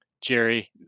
Jerry